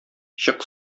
чык